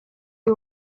uyu